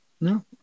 No